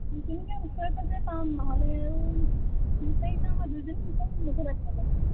নিকিনিলেও ওচৰে পাজৰে পাম নহ'লেও বিচাৰি চাম আৰু দুইজনী বিচাৰিম মুঠতে কাইলে